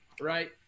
Right